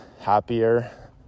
happier